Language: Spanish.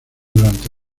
durante